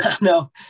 No